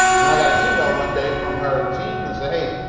and then i got an email one day from her team that said, hey,